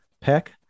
Peck